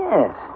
Yes